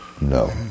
No